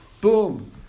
Boom